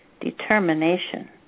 determination